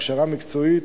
הכשרה מקצועית,